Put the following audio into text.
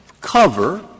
cover